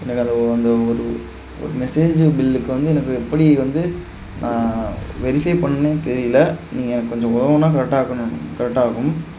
எனக்கு அது அந்த ஒரு ஒரு மெசேஜு பில்லுக்கு வந்து எனக்கு எப்படி வந்து வெரிஃபை பண்ணுனே தெரியல நீங்கள் எனக்கு கொஞ்சம் உதவுனால் கரெக்டாக இருக்கும் நன் கரெக்டாக இருக்கும்